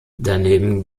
daneben